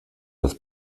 das